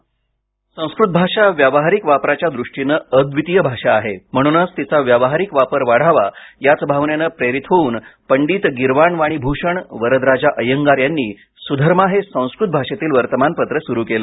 ध्वनी संस्कृत भाषा व्यावहारिक वापराच्या दृष्टीनं अद्वितीय भाषा आहे म्हणूनच तिचा व्यावहारिक वापर वाढावा याच भावनेनं प्रेरित होवून पंडित गीर्वाण वाणी भूषण वरदराजा अयंगार यांनी सुधर्मा हे संस्कृत भाषेतील वर्तमानपत्र सुरु केलं